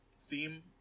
theme